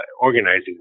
organizing